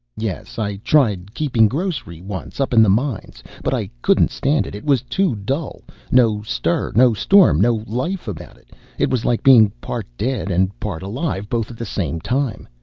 yes, i tried keeping grocery, once, up in the mines but i couldn't stand it it was too dull no stir, no storm, no life about it it was like being part dead and part alive, both at the same time.